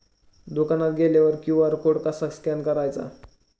दुकानात गेल्यावर QR code कसा स्कॅन करायचा?